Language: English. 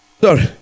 Sorry